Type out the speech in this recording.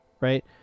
right